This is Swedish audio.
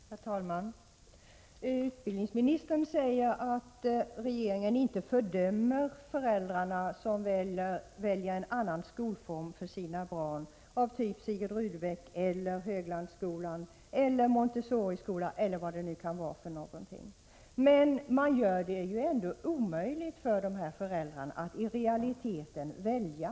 Herr talman! Utbildningsministern säger att regeringen inte fördömer de föräldrar som väljer en annan skolform för sina barn, en skolform av typ Sigrid Rudebecks gymnasium, Höglandsskolan, Montessoriskolan eller vad det kan vara fråga om. Man gör det emellertid omöjligt för dessa föräldrar att i realiteten välja.